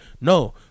no